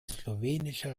slowenische